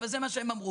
אבל זה מה שהם אמרו,